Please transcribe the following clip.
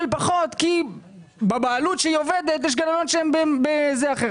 פחות כי בבעלות שהיא עובדת יש גננות שהן במצב אחר.